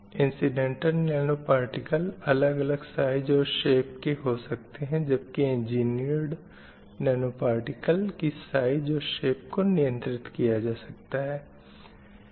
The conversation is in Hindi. इन्सिडेंटल नैनो पार्टिकल अलग अलग साइज़ और शेप के हो सकतें हैं जबकि एंजिनीर्ड नैनो पार्टिकल की साइज़ और शेप को नियंत्रित किया जा सकता है